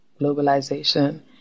globalization